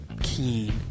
keen